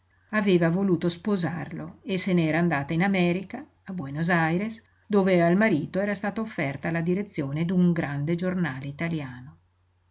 aveva voluto sposarlo e se n'era andata in america a buenos aires dove al marito era stata offerta la direzione d'un grande giornale italiano